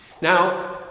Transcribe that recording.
Now